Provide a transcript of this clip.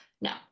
No